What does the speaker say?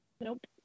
Nope